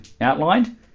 outlined